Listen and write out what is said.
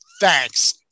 Thanks